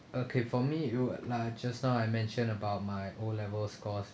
okay for me you like I just now I mentioned about my O level scores